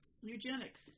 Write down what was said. Eugenics